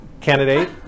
candidate